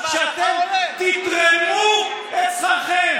שאתם תתרמו את שכרכם.